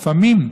לפעמים,